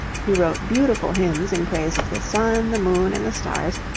he wrote beautiful hymns in praise of the sun, the moon, and the stars,